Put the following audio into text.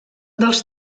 dels